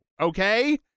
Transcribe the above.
Okay